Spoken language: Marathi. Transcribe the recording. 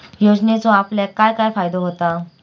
योजनेचो आपल्याक काय काय फायदो होता?